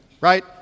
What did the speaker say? right